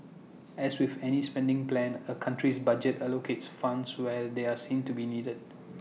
as with any spending plan A country's budget allocates funds where they are seen to be needed